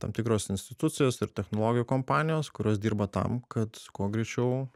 tam tikros institucijos ir technologijų kompanijos kurios dirba tam kad kuo greičiau